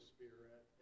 Spirit